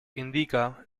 indica